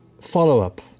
follow-up